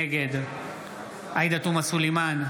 נגד עאידה תומא סלימאן,